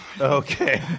Okay